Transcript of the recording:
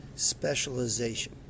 specialization